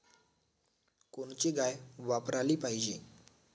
कोनची गाय वापराली पाहिजे?